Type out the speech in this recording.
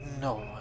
No